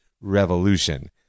revolution